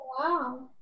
wow